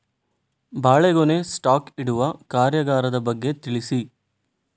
ಬಾಳೆಗೊನೆ ಸ್ಟಾಕ್ ಇಡುವ ಕಾರ್ಯಗಾರದ ಬಗ್ಗೆ ತಿಳಿಸಿ